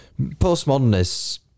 Postmodernists